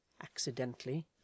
accidentally